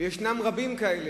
וישנם רבים כאלה.